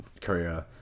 career